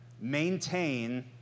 maintain